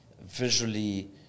visually